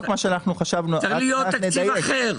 צריך להיות תקציב אחר.